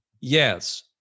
Yes